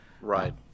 Right